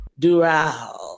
Dural